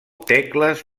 tecles